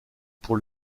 pour